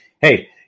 hey